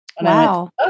Wow